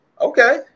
Okay